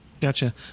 Gotcha